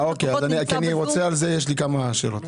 בסדר, כי יש לי כמה שאלות על כך.